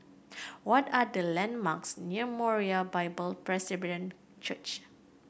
what are the landmarks near Moriah Bible Presby Church